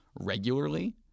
regularly